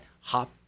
hop